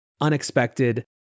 unexpected